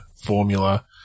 formula